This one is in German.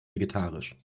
vegetarisch